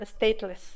stateless